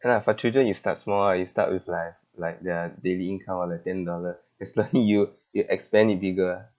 ya lah for children you start small ah you start with like like their daily income ah like ten dollar especially you you expand it bigger ah